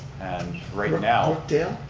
and right now brookdale?